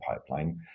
pipeline